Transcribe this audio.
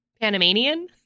Panamanian